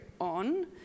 on